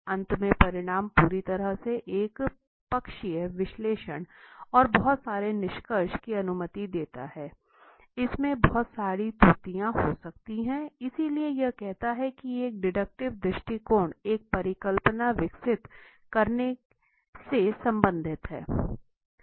अंत में परिणाम पूरी तरह से एक पक्षीय विश्लेषण और बहुत सारे निष्कर्ष की अनुमति देता हैइसमें बहुत साड़ी त्रुटियां हो सकती हैं इसलिए यह कहता है कि एक डिडक्टिव दृष्टिकोण एक परिकल्पना विकसित करने से संबंधित है